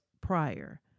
prior